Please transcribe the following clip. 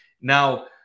Now